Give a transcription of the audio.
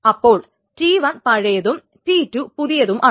അപ്പോൾ T1 പഴയതും T2 പുതിയതുമാണ്